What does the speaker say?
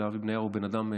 אבי בניהו הוא בן אדם פרטי.